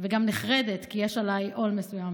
וגם נחרדת, כי יש עליי עול מסוים.